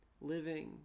living